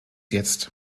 jetzt